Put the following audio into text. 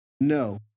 No